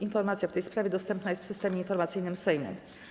Informacja w tej sprawie dostępna jest w Systemie Informacyjnym Sejmu.